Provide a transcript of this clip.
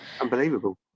unbelievable